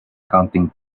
counting